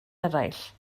eraill